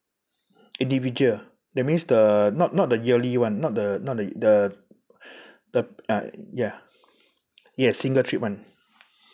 individual that means the not not the yearly [one] not the the the uh ya yes single trip [one]